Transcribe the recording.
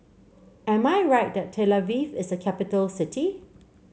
am I right that Tel Aviv is a capital city